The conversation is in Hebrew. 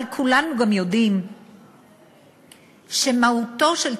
אבל כולנו גם יודעים שמהותו של תקציב,